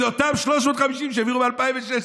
אלה אותם 350 שהעבירו ב-2016,